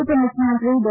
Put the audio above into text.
ಉಪಮುಖ್ಯಮಂತ್ರಿ ಡಾ